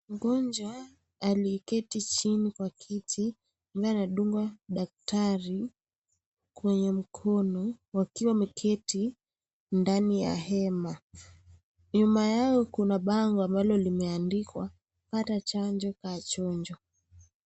Mgonjwa aliyeketi chini kwa kiti ambaye anadungwa daktari kwenye mkono wakiwa wameketi ndani ya hema, nyuma yao kuna bango ambalo limeandikwa pata chanjo kaa chonjo.